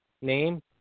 name